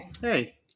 hey